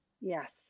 Yes